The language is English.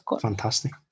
fantastic